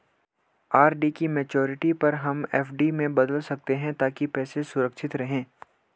RD की maturity पर हम एफ.डी में बदल सकते है ताकि पैसे सुरक्षित रहें